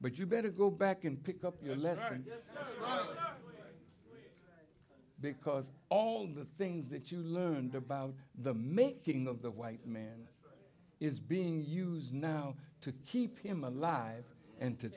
but you better go back and pick up your letter because all the things that you learned about the making of the white man is being used now to keep him alive and to